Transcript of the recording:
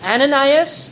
Ananias